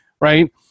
right